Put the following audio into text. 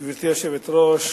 גברתי היושבת-ראש,